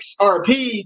XRP